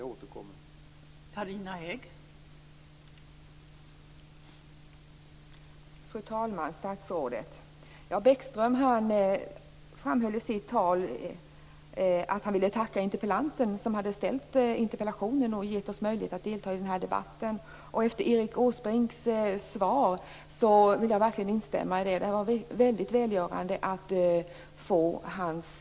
Jag återkommer i frågan.